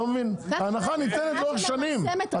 ההנחה ניתנת לאורך שנים.